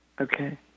Okay